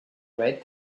right